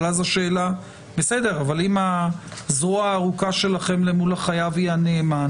אבל אז השאלה היא אם הזרוע הארוכה שלכם למול החייב היא הנאמן,